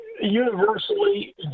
universally